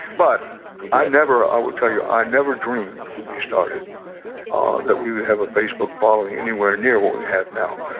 but i never i will tell you. i never dreamed when we started ah that we would have a facebook following anywhere near what we have now.